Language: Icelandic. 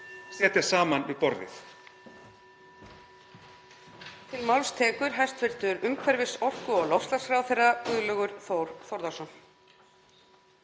sitja saman við borðið.